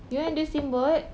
you want do steamboat